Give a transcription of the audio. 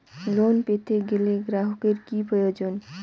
Loan পেতে গেলে গ্রাহকের কি প্রয়োজন?